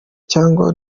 cyangwa